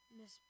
miss